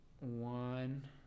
one